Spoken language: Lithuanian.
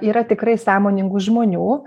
yra tikrai sąmoningų žmonių